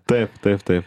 taip taip taip